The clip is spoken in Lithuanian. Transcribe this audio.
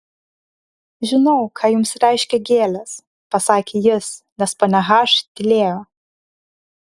žinau ką jums reiškia gėlės pasakė jis nes ponia h tylėjo